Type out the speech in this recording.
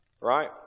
Right